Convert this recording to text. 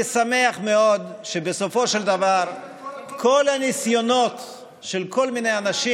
אני שמח מאוד שבסופו של דבר כל הניסיונות של כל מיני אנשים,